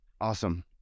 awesome